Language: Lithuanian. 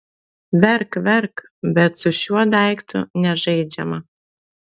verk verk bet su šiuo daiktu nežaidžiama